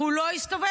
הוא לא הסתובב,